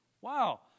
Wow